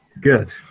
Good